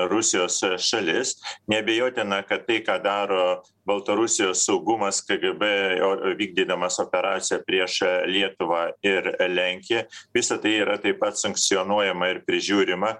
rusijos šalis neabejotina kad tai ką daro baltarusijos saugumas kgb jo vykdydamas operaciją prieš lietuvą ir lenkiją visa tai yra taip pat sankcionuojama ir prižiūrima